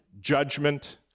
judgment